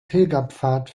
pilgerpfad